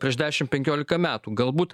prieš dešim penkiolika metų galbūt